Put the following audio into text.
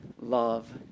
love